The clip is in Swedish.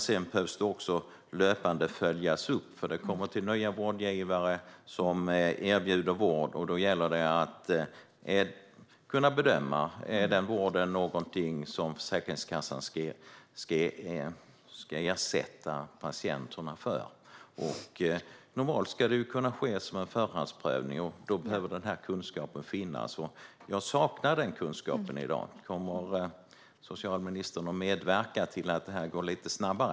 Sedan behöver det också följas upp löpande eftersom det tillkommer nya vårdgivare som erbjuder vård, och då gäller det att kunna bedöma om denna vård är något som Försäkringskassan ska ersätta patienterna för. Normalt ska det kunna ske som en förhandsprövning, och då behöver denna kunskap finnas. I dag saknas denna kunskap. Kommer socialministern att medverka till att detta går lite snabbare?